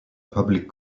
public